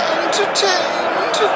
entertained